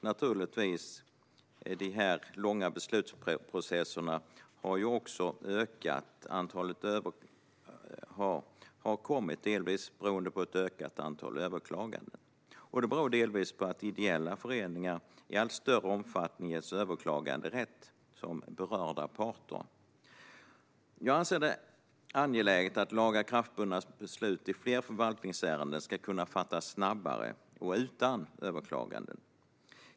Naturligtvis har de långa beslutsprocesserna delvis kommit till beroende på ett ökat antal överklaganden. Det beror delvis på att ideella föreningar i allt större omfattning ges överklaganderätt som berörda parter. Jag anser det angeläget att lagakraftvunna beslut i fler förvaltningsärenden ska kunna fattas snabbare och utan överklaganden.